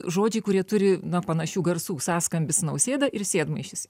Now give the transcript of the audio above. žodžiai kurie turi na panašių garsų sąskambis nausėda ir sėdmaišis